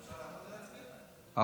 אפשר להצביע?